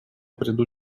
приду